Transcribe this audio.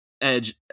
edge